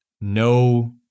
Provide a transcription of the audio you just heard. no